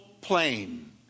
plane